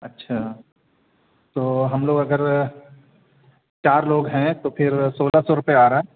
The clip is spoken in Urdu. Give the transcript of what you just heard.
اچھا تو ہم لوگ اگر چار لوگ ہیں تو پھر سولہ سو روپئے آ رہا ہے